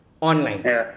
online